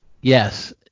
Yes